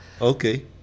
Okay